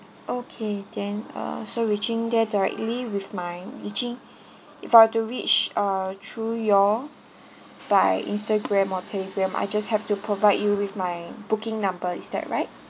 okay then uh so reaching there directly with my reaching if I were to reach uh through your by Instagram or Telegram I just have to provide you with my booking number is that right